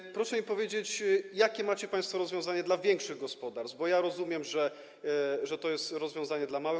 I proszę mi powiedzieć, jakie macie państwo rozwiązanie dla większych gospodarstw, bo rozumiem, że to jest rozwiązanie dla małych.